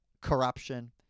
corruption